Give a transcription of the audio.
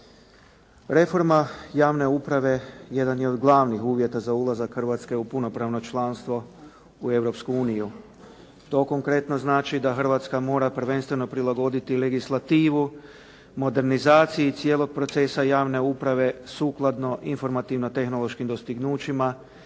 Reforma javne uprave jedan je od glavnih uvjeta za ulazak Hrvatske u punopravno članstvo u Europsku uniju. To konkretno znači da Hrvatska mora prvenstveno prilagoditi legislativu modernizacije i cijelog procesa javne uprave, sukladno informativno tehnološkim dostignućima,